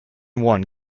one